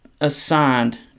assigned